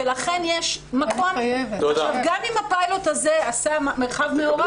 גם אם הפיילוט הזה עשה מרחב מעורב,